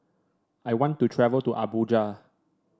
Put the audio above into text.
I want to travel to Abuja